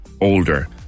older